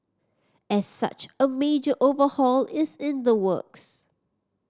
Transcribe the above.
as such a major overhaul is in the works